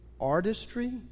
artistry